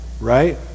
Right